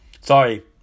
sorry